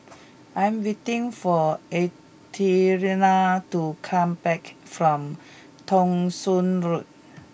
I am waiting for Athena to come back from Thong Soon Road